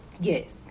Yes